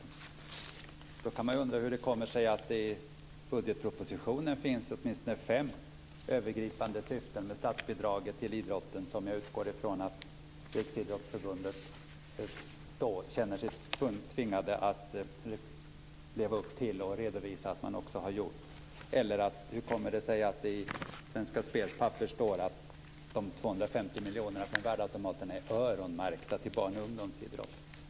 Man kan då undra hur det kommer sig att det i budgetpropositionen finns åtminstone fem övergripande syften med statsbidraget till idrotten, som jag utgår från att Riksidrottsförbundet känner sig tvingat att leva upp till och som det även har redovisat att det har levt upp till. Hur kommer det sig att det i Svenska Spels papper står att de 250 miljonerna från värdeautomaterna är öronmärkta till barn och ungdomsidrott?